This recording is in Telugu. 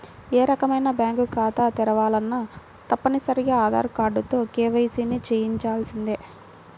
ఏ రకమైన బ్యేంకు ఖాతా తెరవాలన్నా తప్పనిసరిగా ఆధార్ కార్డుతో కేవైసీని చెయ్యించాల్సిందే